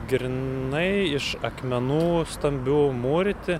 grynai iš akmenų stambių mūryti